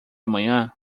amanhã